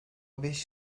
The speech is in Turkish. beş